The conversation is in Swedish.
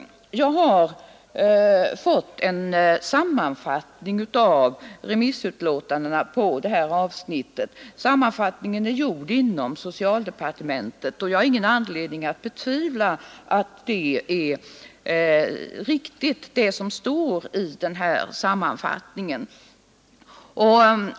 Jag har fått en sammanfattning av remissutlåtandena på detta avsnitt. Sammanfattningen är gjord inom socialdepartementet, och jag har ingen anledning att betvivla att det som står där är riktigt.